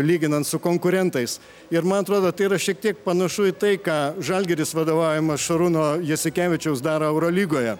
lyginant su konkurentais ir man atrodo tai yra šiek tiek panašu į tai ką žalgiris vadovaujamas šarūno jasikevičiaus daro eurolygoje